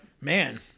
Man